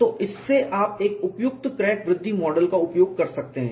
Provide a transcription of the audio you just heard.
तो इससे आप एक उपयुक्त क्रैक वृद्धि मॉडल का उपयोग कर सकते हैं